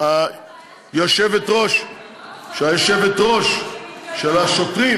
שהיושבת-ראש של השוטרים,